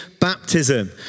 Baptism